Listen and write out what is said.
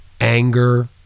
anger